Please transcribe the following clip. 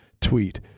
tweet